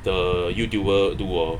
the youtuber do hor